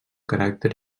caràcter